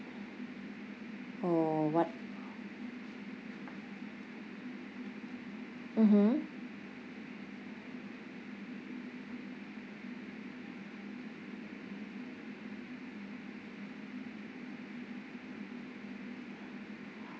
oh what mmhmm